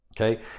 Okay